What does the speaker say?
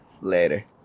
Later